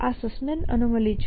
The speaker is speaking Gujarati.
આ સસ્મેન એનોમલી છે